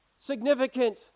Significant